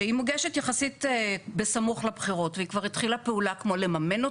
שהיא מוגשת יחסית בסמוך לבחירות והיא כבר התחילה פעולה כמו לממן אותה,